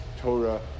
Torah